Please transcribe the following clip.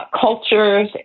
cultures